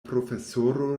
profesoro